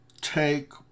take